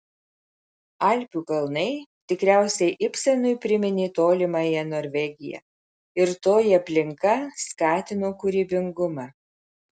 alpių kalnai tikriausiai ibsenui priminė tolimąją norvegiją ir toji aplinka skatino kūrybingumą